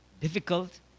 difficult